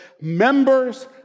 members